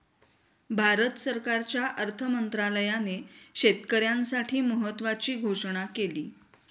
भारत सरकारच्या अर्थ मंत्रालयाने शेतकऱ्यांसाठी महत्त्वाची घोषणा केली